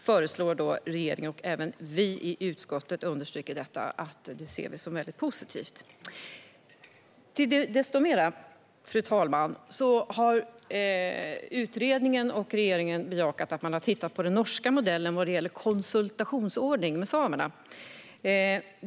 Här ser utskottet regeringens förslag som något mycket positivt. Regeringen och utredningen har tittat på den norska modellen för konsultationsordning med samerna.